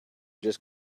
just